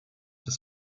des